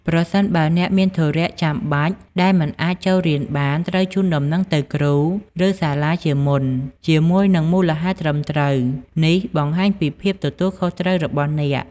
ប្រសិនបើអ្នកមានធុរៈចាំបាច់ដែលមិនអាចចូលរៀនបាន ត្រូវជូនដំណឹងទៅគ្រូ ឬសាលាជាមុនជាមួយនឹងមូលហេតុត្រឹមត្រូវ។ នេះបង្ហាញពីភាពទទួលខុសត្រូវរបស់អ្នក។